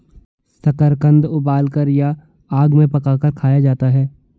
शकरकंद उबालकर या आग में पकाकर खाया जाता है